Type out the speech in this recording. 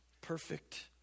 perfect